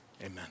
Amen